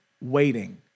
waiting